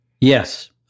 Yes